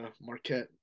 marquette